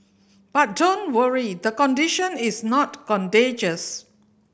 but don't worry the condition is not contagious